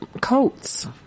coats